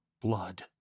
blood